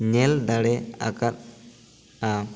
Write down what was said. ᱧᱮᱞ ᱫᱟᱲᱮ ᱟᱠᱟᱫᱼᱟ